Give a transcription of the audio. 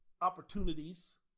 opportunities